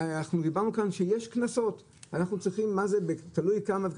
אנחנו דיברנו כאן שיש קנסות, אבל תלוי כמה.